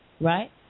right